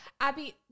abby